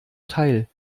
teil